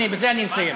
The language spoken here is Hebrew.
הנה, בזה אני מסיים.